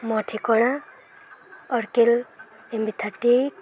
ମୋ ଠିକଣା ଅର୍କେଲ ଏମ୍ ବି ଥାଟି ଏଇଟ୍